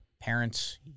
parents